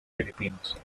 filipinos